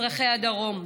אזרחי הדרום.